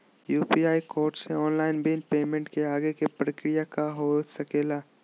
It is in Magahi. यू.पी.आई कोड से ऑनलाइन बिल पेमेंट के आगे के प्रक्रिया का हो सके ला?